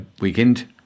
weekend